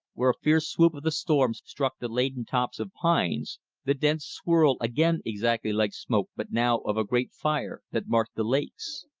where a fierce swoop of the storm struck the laden tops of pines the dense swirl, again exactly like smoke but now of a great fire, that marked the lakes.